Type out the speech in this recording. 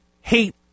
hate